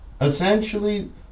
essentially